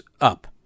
up